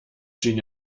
schien